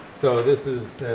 so this is